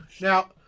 Now